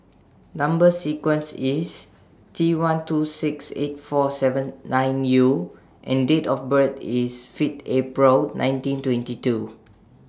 Number sequence IS T one two six eight four seven nine U and Date of birth IS Fifth April nineteen twenty two